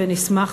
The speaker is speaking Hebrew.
ונשמח,